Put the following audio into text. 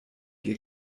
ihr